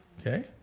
Okay